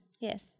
Yes